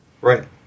Right